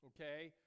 okay